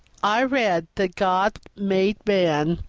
i read that god made man,